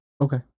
Okay